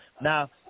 Now